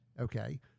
Okay